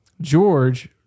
George